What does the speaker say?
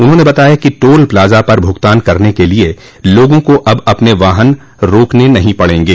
उन्होंने बताया कि टोल प्लाजा पर भुगतान करने के लिए लोगों को अब अपने वाहन रोकने नहीं पड़ेंगे